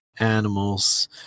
animals